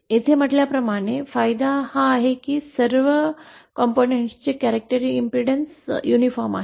मी येथे म्हटल्याप्रमाणे फायदा हा आहे की सर्व विभागांची वैशिष्ट्यपूर्ण प्रतिबाधा समान आहे